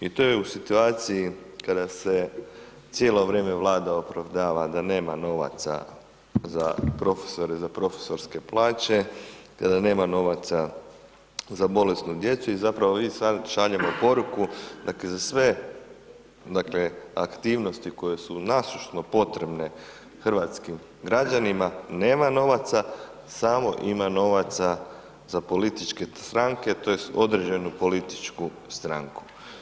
I to je u situaciji kada se cijelo vrijeme Vlada opravdava da nema novaca za profesore, za profesorske plaće, kada nema novaca za bolesnu djecu i zapravo mi sad šaljemo poruku dakle za sve aktivnost koje su nasušno potrebne hrvatskim građanima, nema novaca samo ima novaca za političke stranke tj. određenu političku stranku.